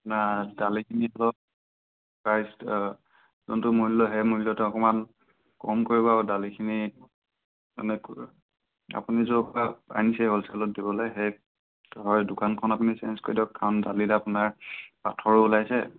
না দালিখিনিত বাৰু প্ৰাইচটো যোনটো মূল্য সেই মূল্যটো অকণমান কম কৰিব আৰু দালিখিনি মানে ক'ৰ আপুনি য'ৰপৰা আনিছে হ'লছেলত দিবলৈ সেই হয় দোকানখন আপুনি চেঞ্জ কৰি দিয়ক কাৰণ দালিত আপোনাৰ পাথৰো ওলাইছে